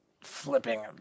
flipping